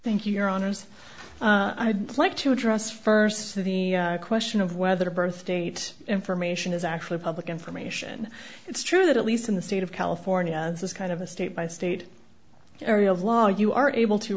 thank you your honors i'd like to address st to the question of whether birthdate information is actually public information it's true that at least in the state of california this is kind of a state by state area of law you are able to